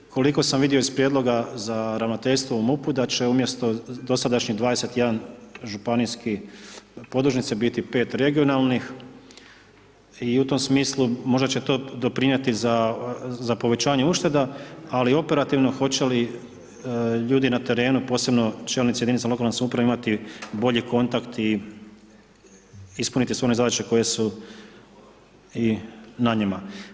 Koliko sam vidio iz prijedloga za ravnateljstvo u MUP-u da će umjesto dosadašnjih 21 županijske podružnice biti 5 regionalnih i u tom smislu možda će to doprinijeti za povećanje ušteda ali operativno hoće li ljudi na terenu, posebno čelnici jedinica lokalne samouprave imati bolji kontakt i ispuniti sve one zadaće koje su na njima.